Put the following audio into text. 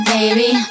Baby